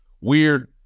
weird